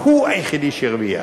הוא היחידי שהרוויח.